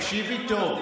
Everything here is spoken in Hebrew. תקשיבי טוב.